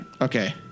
Okay